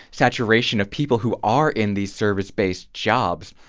saturation of people who are in these service-based jobs,